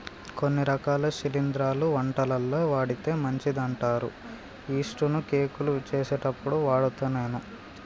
కొన్ని రకాల శిలింద్రాలు వంటలల్ల వాడితే మంచిదంటారు యిస్టు ను కేకులు చేసేప్పుడు వాడుత నేను